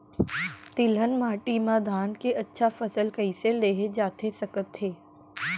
तिलहन माटी मा धान के अच्छा फसल कइसे लेहे जाथे सकत हे?